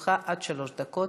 לרשותך עד שלוש דקות.